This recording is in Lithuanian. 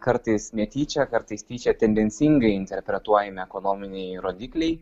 kartais netyčia kartais tyčia tendencingai interpretuojami ekonominiai rodikliai